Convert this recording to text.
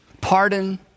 pardon